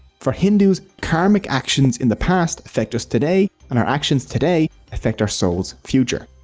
for hindus karmic actions in the past affect us today and our actions today affect our soul's future.